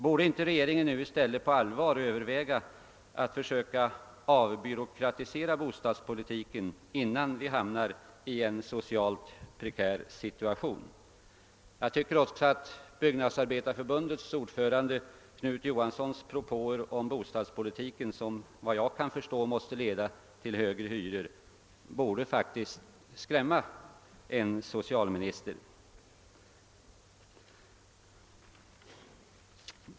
Borde inte regeringen i stället på allvar överväga att försöka avbyråkratisera bostadspolitiken, innan vi hamnar i en socialt prekär situation? Byggnadsarbetareförbundets ordförande Knut Johanssons propå om bostadspolitiken, som efter vad jag kan förstå måste leda till högre hyror, borde faktiskt också skrämma en socialminister.